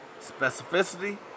Specificity